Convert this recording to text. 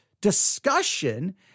discussion